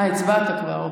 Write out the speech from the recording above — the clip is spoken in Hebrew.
הצבעת כבר.